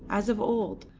as of old,